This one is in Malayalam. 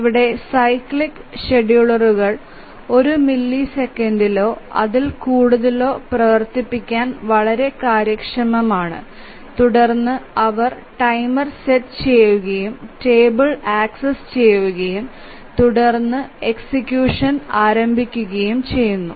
ഇവിടെ സൈക്ലിക് ഷെഡ്യൂളറുകൾ ഒരു മില്ലിസെക്കൻഡിലോ അതിൽ കൂടുതലോ പ്രവർത്തിപ്പിക്കാൻ വളരെ കാര്യക്ഷമമാണ് തുടർന്ന് അവർ ടൈമർ സെറ്റ് ചെയുകയും ടേബിൾ ആക്സസ് ചെയുകയും തുടർന്ന് അവർ എക്സിക്യൂഷൻ ആരംഭിക്കുകയും ചെയ്യുന്നു